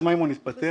ארז מימון התפטר?